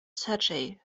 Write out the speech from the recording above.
sergei